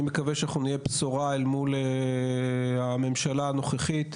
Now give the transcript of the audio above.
אני מקווה שאנחנו נהיה בשורה אל מול הממשלה הנוכחית,